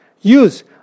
Use